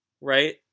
right